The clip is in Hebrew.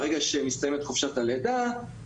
ברגע שמסתיימת חופשת הלידה,